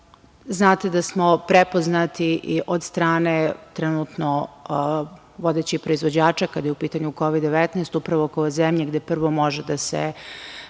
da smo prepoznati i od strane trenutno vodećih proizvođača kada je u pitanju Kovid-19 upravo kao zemlja gde prvo može da se